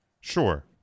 Sure